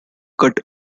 cut